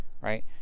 right